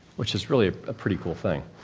which is really a ah pretty cool thing.